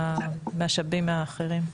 מהמשאבים האחרים.